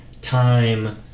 time